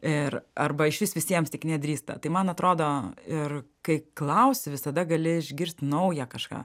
ir arba išvis visiems tik nedrįsta tai man atrodo ir kai klausi visada gali išgirst naują kažką